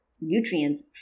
nutrients